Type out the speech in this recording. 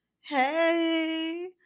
hey